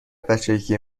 بچگی